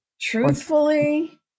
Truthfully